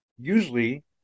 Usually